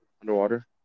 underwater